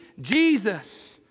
Jesus